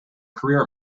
career